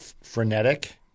frenetic